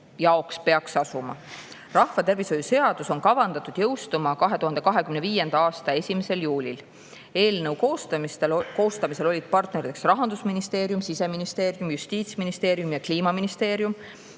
jaoks peaks asuma. Rahvatervishoiu seadus on kavandatud jõustuma 2025. aasta 1. juulil. Eelnõu koostamisel olid partneriteks Rahandusministeerium, Siseministeerium, Justiitsministeerium ja Kliimaministeerium.